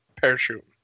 Parachute